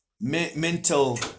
mental